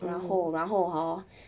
然后然后 hor